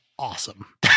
Awesome